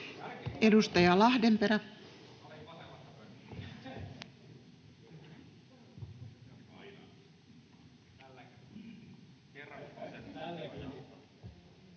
Edustaja Lahdenperä. [Speech